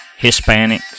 Hispanics